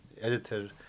editor